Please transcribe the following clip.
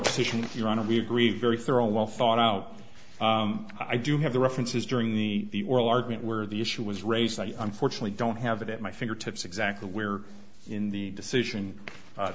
titian your honor we agree very thorough well thought out i do have the references during the oral argument where the issue was raised i unfortunately don't have it at my fingertips exactly where in the decision